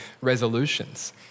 resolutions